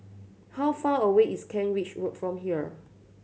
how far away is Kent Ridge Road from here